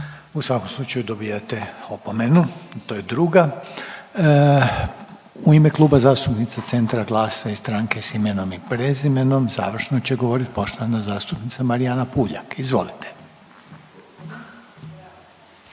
U svakom slučaju dobivate opomenu, to je druga. U ime Kluba zastupnica Centra, Glasa i Stranke s imenom i prezimenom, završno će govoriti poštovana zastupnica Marijana Puljak. Izvolite.